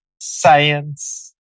science